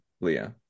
leah